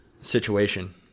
situation